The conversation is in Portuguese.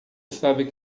sabe